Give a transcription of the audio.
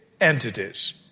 entities